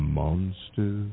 monster